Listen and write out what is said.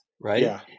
Right